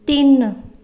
ਤਿੰਨ